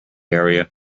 area